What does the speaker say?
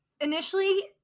initially